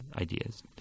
ideas